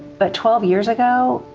but twelve years ago,